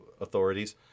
authorities